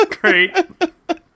Great